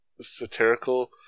satirical